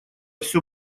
всё